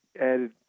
added